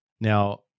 Now